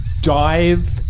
dive